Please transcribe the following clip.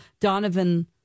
Donovan